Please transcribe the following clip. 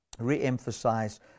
re-emphasize